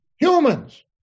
Humans